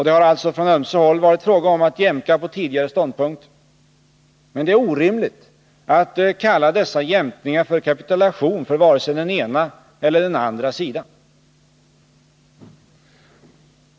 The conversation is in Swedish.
Det har alltså från ömse håll varit fråga om att jämka på tidigare ståndpunkter, men det är orimligt att kalla dessa jämkningar för kapitalution för vare sig den ena eller den andra sidan.